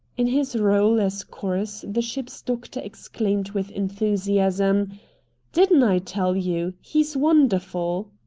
in his role as chorus the ship's doctor exclaimed with enthusiasm didn't i tell you? he's wonderful.